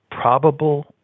probable